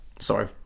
Sorry